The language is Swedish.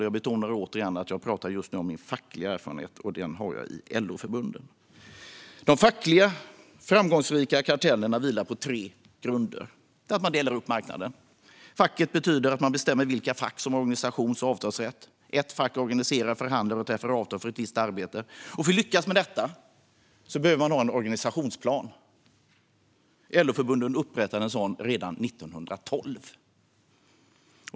Jag betonar återigen att jag just nu pratar om min fackliga erfarenhet, och den har jag i LO-förbunden. De framgångsrika fackliga kartellerna vilar på tre grunder. Den första är att man delar upp marknaden. Fackligt betyder det att man bestämmer vilka fack som har organisations och avtalsrätt. Ett fack organiserar, förhandlar och träffar avtal för ett visst arbete. För att lyckas med detta behöver man ha en organisationsplan. LO-förbunden upprättade en sådan redan 1912.